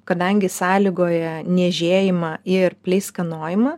kadangi sąlygoja niežėjimą ir pleiskanojimą